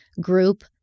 group